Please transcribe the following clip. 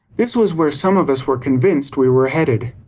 this was where some of us were convinced we were headed.